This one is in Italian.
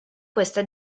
questa